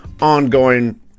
ongoing